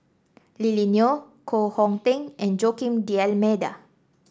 Lily Neo Koh Hong Teng and Joaquim D'Almeida